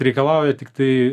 reikalauja tiktai